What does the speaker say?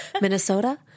Minnesota